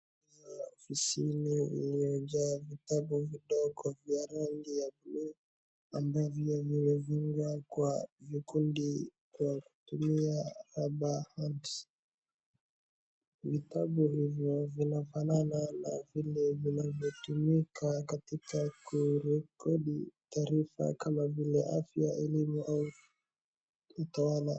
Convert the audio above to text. Ndani ya ofisini iliyojaa vitabu vidogo vya rangi ya blue ambavyo vimewekwa kwa vikundi kwa kutumia rubber bands . Vitabu hivyo vinafanana na vile vinavyotumika katika kurekodi taarifa kama vile afya, elimu au utawala.